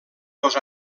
dos